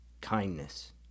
kindness